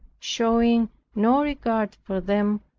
showing no regard for them,